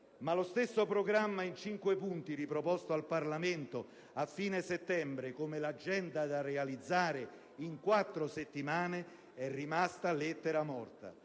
ma lo stesso programma in cinque punti riproposto al Parlamento a fine settembre come agenda da realizzare in quattro settimane è rimasto lettera morta,